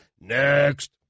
next